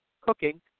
cooking